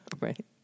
Right